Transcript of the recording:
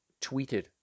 tweeted